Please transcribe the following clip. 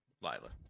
Lila